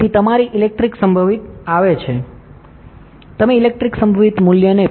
તેથી તમારી ઇલેક્ટ્રિક સંભવિત આવે છે તમે ઇલેક્ટ્રિક સંભવિત મૂલ્યને 0